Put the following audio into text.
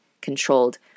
controlled